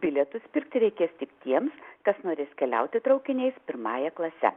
bilietus pirkti reikės tik tiems kas norės keliauti traukiniais pirmąja klase